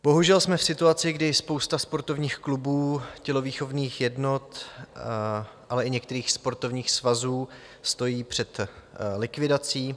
Bohužel jsme v situaci, kdy spousta sportovních klubů, tělovýchovných jednot, ale i některých sportovních svazů stojí před likvidací.